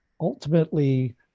ultimately